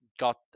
got